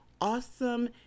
awesome